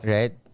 Right